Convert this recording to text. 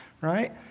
Right